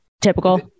typical